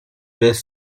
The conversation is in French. baies